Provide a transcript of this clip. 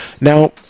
Now